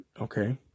Okay